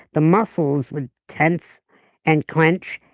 the muscles would tense and clenched,